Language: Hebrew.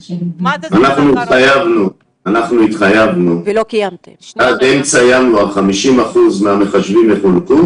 התחייבנו שעד אמצע ינואר 50% מהמחשבים יחולקו